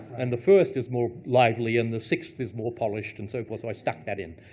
and the first is more lively, and the sixth is more polished, and so but so i stuck that in.